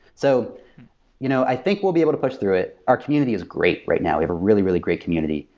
so you know i think we'll be able to push through it. our community is great right now. we have a really, really great community.